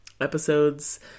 episodes